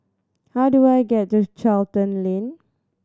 how do I get to Charlton Lane